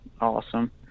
awesome